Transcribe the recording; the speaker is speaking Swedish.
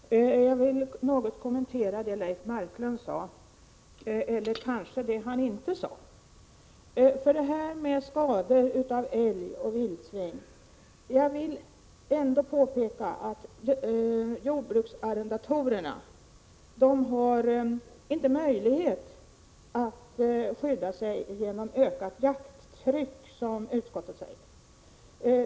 Herr talman! Jag vill något kommentera det Leif Marklund sade, eller snarare ta upp det han inte sade. Jag vill påpeka att jordbruksarrendatorerna inte har någon möjlighet att skydda sig mot skador av älg och vildsvin genom ökat jakttryck, som utskottet säger.